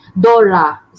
dora